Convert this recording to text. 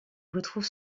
retrouve